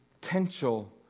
potential